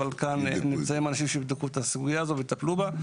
אבל נמצאים כאן אנשים שיבדקו את הסוגיה הזו ויטפלו בה.